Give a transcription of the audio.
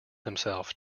himself